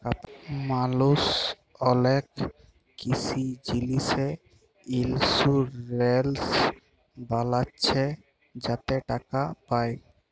মালুস অলেক কিসি জিলিসে ইলসুরেলস বালাচ্ছে যাতে টাকা পায়